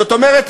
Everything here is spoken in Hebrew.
זאת אומרת,